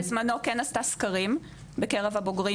זרוע העבודה בזמנו עשתה סקרים בקרב הבוגרים,